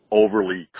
overly